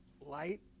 light